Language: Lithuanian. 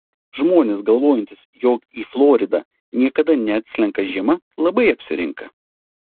žmonės galvojantys jog į floridą niekada neatslenka žiema labai apsirinka